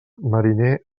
mariner